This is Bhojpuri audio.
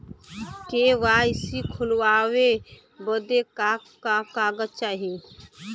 के.वाइ.सी खोलवावे बदे का का कागज चाही?